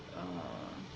ugh